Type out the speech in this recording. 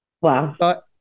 Wow